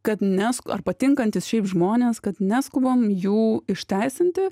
kad nes ar patinkantys šiaip žmonės kad neskubam jų išteisinti